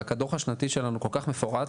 אבל הדו"ח השנתי שלנו כל כך מפורט,